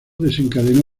desencadenó